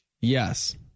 Yes